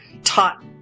taught